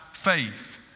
faith